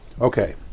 Okay